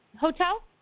Hotel